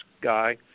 guy